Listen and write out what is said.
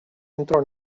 entrò